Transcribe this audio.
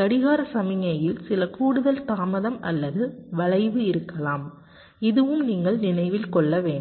கடிகார சமிக்ஞையில் சில கூடுதல் தாமதம் அல்லது வளைவு இருக்கலாம் இதுவும் நீங்கள் நினைவில் கொள்ள வேண்டும்